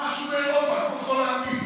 משהו באירופה, כמו כל העמים.